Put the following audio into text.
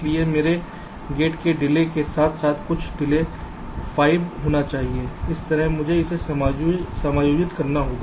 इसलिए मेरे गेट में विलंब के साथ साथ कुल विलंब 5 होना चाहिए इस तरह मुझे इसे समायोजित करना होगा